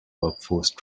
workforce